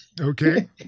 Okay